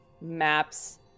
maps